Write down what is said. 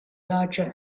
larger